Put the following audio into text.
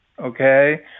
okay